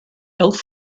elf